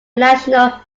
national